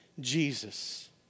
Jesus